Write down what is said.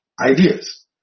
ideas